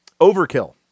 Overkill